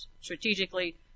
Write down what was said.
Strategically